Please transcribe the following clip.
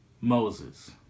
Moses